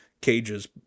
cages